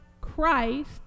Christ